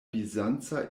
bizanca